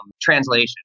translation